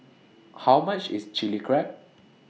How much IS Chilli Crab